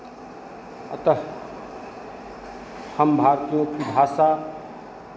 अतः हम भारतीयों की भाषा